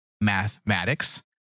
mathematics